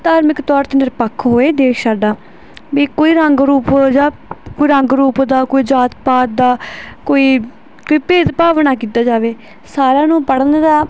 ਧਾਰਮਿਕ ਤੌਰ 'ਤੇ ਨਿਰਪੱਖ ਹੋਏ ਦੇਸ਼ ਸਾਡਾ ਵੀ ਇੱਕੋ ਹੀ ਰੰਗ ਰੂਪ ਜਾਂ ਕੋਈ ਰੰਗ ਰੂਪ ਦਾ ਕੋਈ ਜਾਤ ਪਾਤ ਦਾ ਕੋਈ ਵੀ ਭੇਦ ਭਾਵ ਨਾ ਕੀਤਾ ਜਾਵੇ ਸਾਰਿਆਂ ਨੂੰ ਪੜ੍ਹਨ ਦਾ